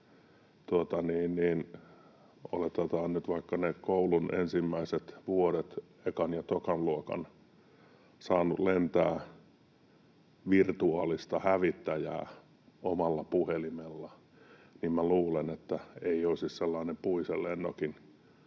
oletetaan nyt vaikka ne koulun ensimmäiset vuodet, ekan ja tokan luokan, saanut lentää virtuaalista hävittäjää omalla puhelimella, niin minä luulen, että ei olisi sellainen puisen lennokin